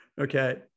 Okay